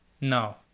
No